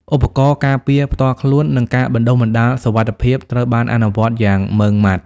ឧបករណ៍ការពារផ្ទាល់ខ្លួន និងការបណ្តុះបណ្តាលសុវត្ថិភាពត្រូវបានអនុវត្តយ៉ាងម៉ឺងម៉ាត់។